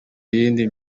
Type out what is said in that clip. yindi